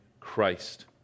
christ